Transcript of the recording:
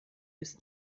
ist